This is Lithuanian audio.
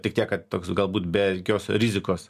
tik tiek kad toks galbūt be jokios rizikos